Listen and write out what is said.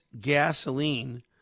gasoline